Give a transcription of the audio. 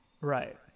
Right